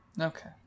Okay